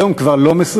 היום הוא כבר לא מסוגל.